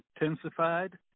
intensified